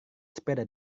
sepeda